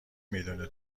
میدونه